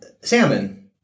Salmon